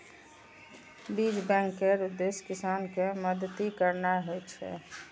बीज बैंक केर उद्देश्य किसान कें मदति करनाइ होइ छै